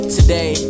Today